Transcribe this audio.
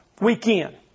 weekend